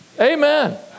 Amen